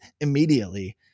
immediately